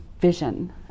vision